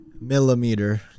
millimeter